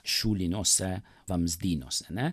šuliniuose vamzdynuose mes